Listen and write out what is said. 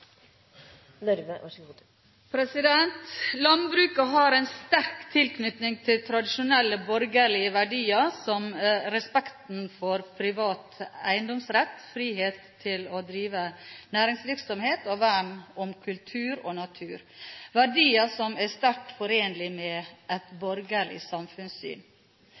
Landbruket har en sterk tilknytning til tradisjonelle borgerlige verdier, som respekten for privat eiendomsrett, frihet til å drive næringsvirksomhet og vern om kultur og natur, verdier som er sterkt forenlige med et borgerlig samfunnssyn.